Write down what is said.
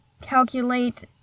calculate